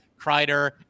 Kreider